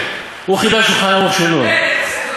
כיפת-הסלע, ההיסטוריון.